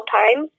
time